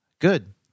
Good